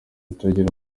atangira